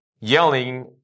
yelling